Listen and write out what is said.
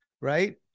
Right